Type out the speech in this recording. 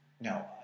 no